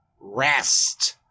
rest